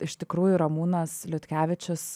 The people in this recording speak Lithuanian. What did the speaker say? iš tikrųjų ramūnas liutkevičius